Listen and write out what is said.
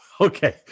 Okay